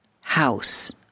house